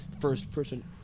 first-person